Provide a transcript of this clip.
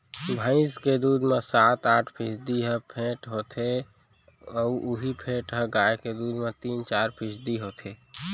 भईंस के दूद म सात आठ फीसदी ह फेट होथे अउ इहीं फेट ह गाय के दूद म तीन चार फीसदी होथे